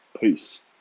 Peace